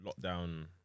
lockdown